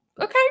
Okay